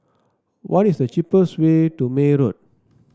what is the cheapest way to May Road